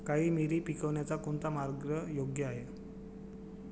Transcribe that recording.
काळी मिरी पिकवण्याचा कोणता मार्ग योग्य आहे?